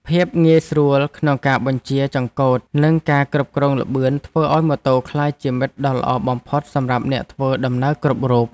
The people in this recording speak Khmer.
ភាពងាយស្រួលក្នុងការបញ្ជាចង្កូតនិងការគ្រប់គ្រងល្បឿនធ្វើឱ្យម៉ូតូក្លាយជាមិត្តដ៏ល្អបំផុតសម្រាប់អ្នកធ្វើដំណើរគ្រប់រូប។